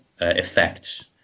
effects